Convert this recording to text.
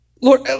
Lord